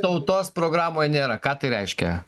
tautos programoj nėra ką tai reiškia